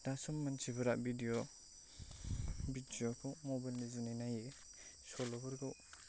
दासम मानथिफोरा बिडिय' बिडिय'खौ मबाइलनि जुनै नायो सल'फोरखौ